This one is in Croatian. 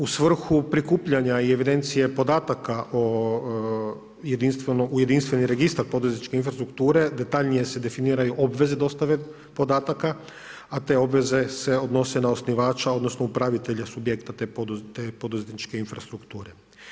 U svrhu prikupljanja i evidencije podataka u jedinstveni registar poduzetničke infrastrukture, detaljnije se definiraju obveze dostave podataka, a te obveze se odnose na osnivača, odnosno, upravitelja subjekta te poduzetničke infrastrukture.